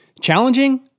Challenging